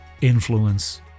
influence